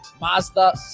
Mazda